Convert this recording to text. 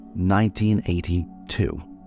1982